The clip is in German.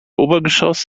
obergeschoss